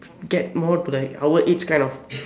get more like our age kind of